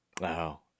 Wow